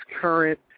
current